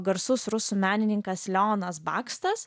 garsus rusų menininkas leonas bakstas